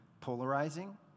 polarizing